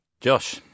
Josh